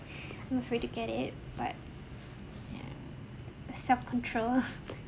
I'm afraid to get it but ya self control